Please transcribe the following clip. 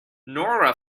nora